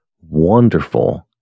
Wonderful